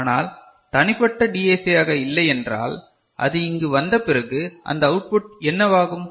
ஆனால் தனிப்பட்ட டிஏசியாக இல்லை என்றால் அது இங்கு வந்த பிறகு அந்த அவுட்புட் என்னவாகும்